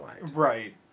Right